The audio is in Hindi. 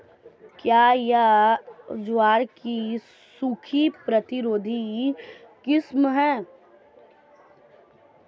क्या यह ज्वार की सूखा प्रतिरोधी किस्म है?